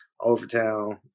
Overtown